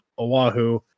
Oahu